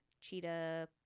cheetah